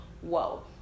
whoa